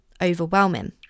overwhelming